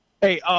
Hey